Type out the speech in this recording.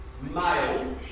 male